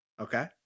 okay